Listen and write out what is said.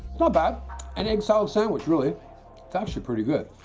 not bad an egg salad sandwich really it's actually pretty good